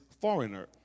foreigner